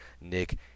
Nick